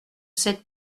sept